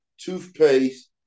toothpaste